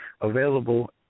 available